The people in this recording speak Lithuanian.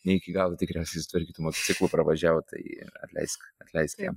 ne iki galo tikriausiai sutvarkytu motociklu pravažiavo tai atleisk atleisk jam